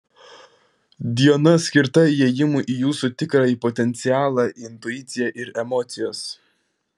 diena skirta įėjimui į jūsų tikrąjį potencialą intuiciją ir emocijas